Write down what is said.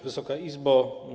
Wysoka Izbo!